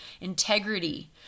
Integrity